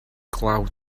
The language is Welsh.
glaw